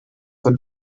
for